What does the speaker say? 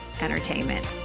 entertainment